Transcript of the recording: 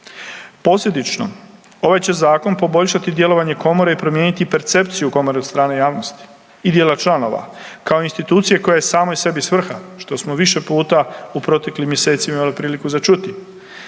Posljedično, ovaj će zakon poboljšati djelovanje komore i promijeniti percepciju komore od strane javnosti i dijela članova kao institucije koja je samoj sebi svrha, što smo više puta u proteklih mjeseci imali priliku za čuti